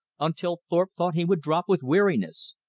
until thorpe thought he would drop with weariness,